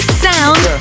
sound